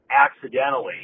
accidentally